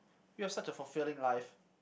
you've such a fulfilling life